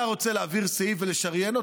אתה רוצה להעביר סעיף ולשריין אותו,